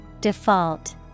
Default